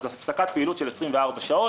אז הפסקת פעילות של 24 שעות.